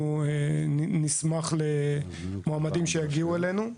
אנחנו נשמח למועמדים שיגיעו אלינו.